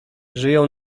żyją